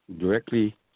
directly